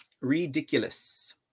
Ridiculous